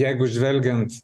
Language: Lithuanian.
jeigu žvelgiant